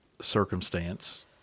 circumstance